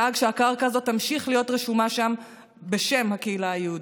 דאג שהקרקע הזאת תמשיך להיות רשומה שם בשם הקהילה היהודית.